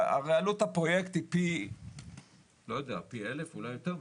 הרי עלות הפרויקט היא פי 1,000, אולי יותר.